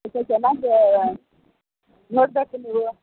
ಮತ್ತೆ ಚೆನ್ನಾಗಿ ನೋಡ್ಬೇಕು ನೀವು